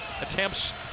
attempts